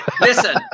listen